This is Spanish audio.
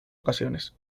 ocasiones